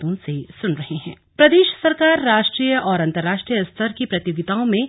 slug Arvind Pandey प्रदेश सरकार राष्ट्रीय और अंतर्राष्ट्रीय स्तर की प्रतियोगिताओं में